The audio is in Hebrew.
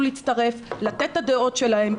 להצטרף ולהביע את הדעות שלהם.